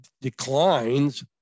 declines